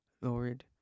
Lord